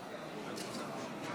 48